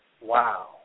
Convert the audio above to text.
Wow